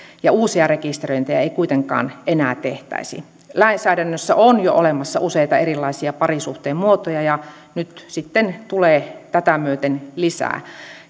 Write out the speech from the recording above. uusia rekisteröintejä ei kuitenkaan enää tehtäisi lainsäädännössä on jo olemassa useita erilaisia parisuhteen muotoja ja nyt tulee tätä myöten lisää